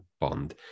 Bond